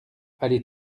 allez